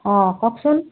অঁ কওকচোন